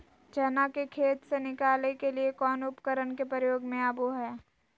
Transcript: चना के खेत से निकाले के लिए कौन उपकरण के प्रयोग में आबो है?